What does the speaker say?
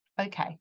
okay